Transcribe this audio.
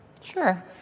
Sure